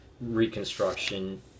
reconstruction